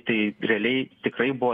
tai realiai tikrai buvo